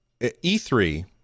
E3